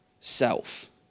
self